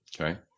Okay